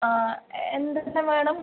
ആ എന്തുണ്ട് മേഡം